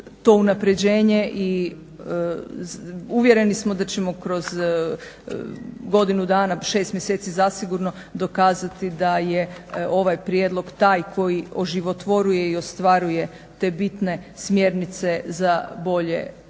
to unapređenje i uvjereni smo da ćemo kroz godinu dana, 6 mjeseci zasigurno dokazati da je ovaj prijedlog taj koji oživotvoruje i ostvaruje te bitne smjernice za bolju ovrhu,